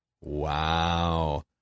Wow